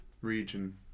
region